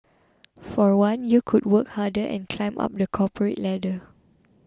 for one you could work harder and climb up the corporate ladder